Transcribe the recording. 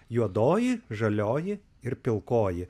juodoji žalioji ir pilkoji